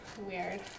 Weird